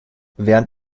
während